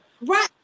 right